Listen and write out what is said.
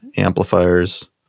amplifiers